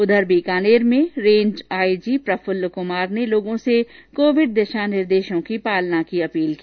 उधर बीकानेर में range IG Prafull Kumar ने लोगों से कोविड दिशा निर्देशों की पालना की अपील की